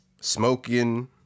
smoking